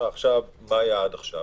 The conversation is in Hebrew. מה היה עד עכשיו?